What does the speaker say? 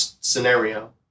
scenario